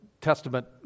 Testament